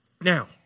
Now